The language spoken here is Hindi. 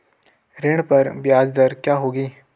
ऋण पर ब्याज दर क्या होगी?